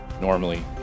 normally